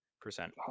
percent